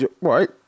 right